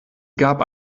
gab